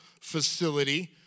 facility